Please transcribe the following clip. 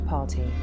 Party